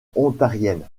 ontarienne